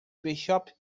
bishop